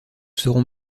serons